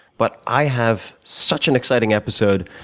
but i have such an exciting episode,